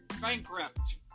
bankrupt